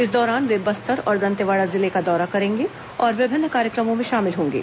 इस दौरान वे बस्तर और दंतेवाड़ा जिले का दौरा करेंगे और विभिन्न कार्यक्रमों में शामिल होंगे